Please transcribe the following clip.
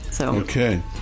Okay